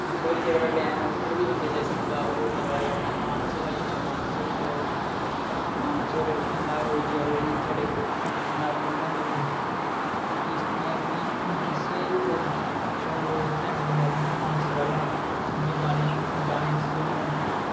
बसोहली जेह्का डैम ऐ उद्धर बी बंदा जाई सकदा होर अपना मानसर आई गेआ मानसर जाओ मानसर होई जाओ मत्था टेको उत्थें न्हाई न्हवो किश्तियां बी किश्तियां झूटो न्हवो उत्थै कन्नै रिंकु मानसर आह्ला उंदे शु गाने सुनो